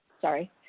Sorry